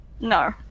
No